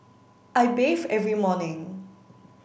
I bathe every morning